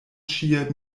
ĉie